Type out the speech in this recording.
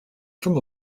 from